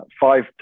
five